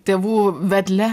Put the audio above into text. tėvų vedle